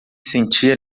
sentia